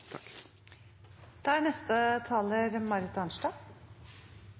er omme. Neste taler